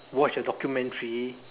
watch the documentary